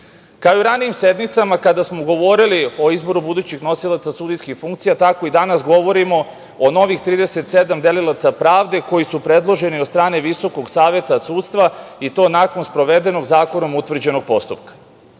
i u ranijim sednicama kada smo govorili o izboru budućeg nosilaca sudijskih funkcija, tako i danas govorimo o novih 37 delilaca pravde koji su predloženi od strane Visokog saveta sudstva i to nakon sprovedenog zakonom utvrđenog postupka. Kao